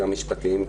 גם משפטיים,